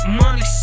money